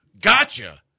gotcha